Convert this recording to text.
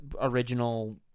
original